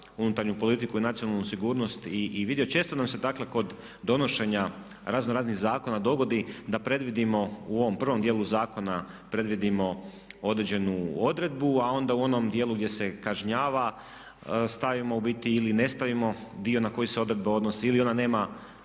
unutarnju politiku i nacionalnu sigurnost i vidio i često nam se dakle kod donošenja razno raznih zakona dogodi da predvidimo u ovom prvom djelu zakona, predvidimo određenu odredbu a onda u onom djelu gdje se kažnjava stavimo ubiti ili ne stavimo dio na koji se odredba odnosi ili ona nema